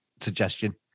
suggestion